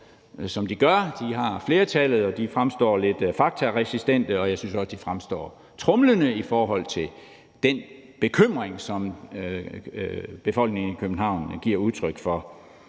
De har flertallet, og de fremstår lidt faktaresistente, og jeg synes også, at de fremstår tromlende i forhold til den bekymring, som befolkningen i København giver udtryk for,